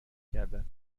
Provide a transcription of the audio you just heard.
گردد